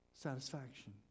satisfaction